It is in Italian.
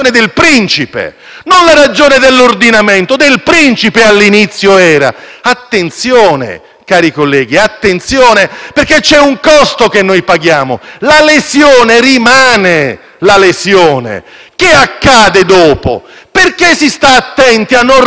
cari colleghi, perché c'è un costo che noi paghiamo: la lesione rimane. Che accade dopo? Perché si sta attenti a non rompere l'assetto istituzionale? Per ciò che può accadere dopo, per l'irrimediabilità.